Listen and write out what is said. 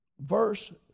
verse